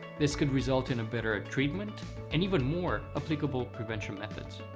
this could result in a better treatment and even more applicable prevention methods.